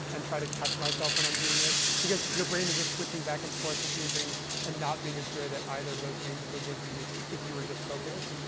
and try to catch myself when i'm doing it, because your brain is just switching back and forth between things and not being as good at either of those things as it would be if you were just focused.